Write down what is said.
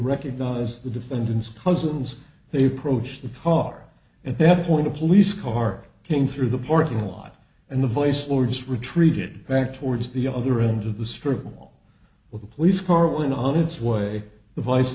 recognize the defendants cousins they approached the car and they have a point a police car came through the parking lot and the voice lords retreated back towards the other end of the struggle with a police car when on its way the vice